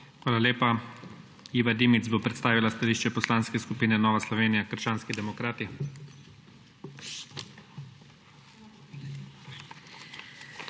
Hvala lepa. Iva Dimic bo predstavila stališče Poslanske skupine Nova Slovenija – krščanski demokrati. **IVA DIMIC